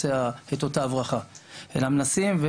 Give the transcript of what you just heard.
מקצוע שמכבד את עצמו שמכבד אותם או שהם מעוניינים בו אז